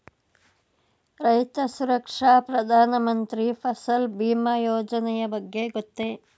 ರೈತ ಸುರಕ್ಷಾ ಪ್ರಧಾನ ಮಂತ್ರಿ ಫಸಲ್ ಭೀಮ ಯೋಜನೆಯ ಬಗ್ಗೆ ಗೊತ್ತೇ?